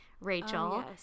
Rachel